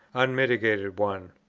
unmitigated one.